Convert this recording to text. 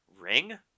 Ring